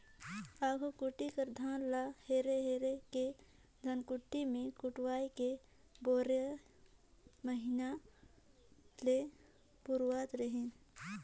आघु कोठी कर धान ल हेर हेर के धनकुट्टी मे कुटवाए के बारो महिना ले पुरावत रहिन